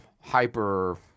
hyper